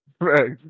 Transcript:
Right